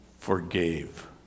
forgave